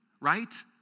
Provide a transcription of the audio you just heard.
right